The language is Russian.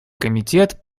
комитет